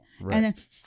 Right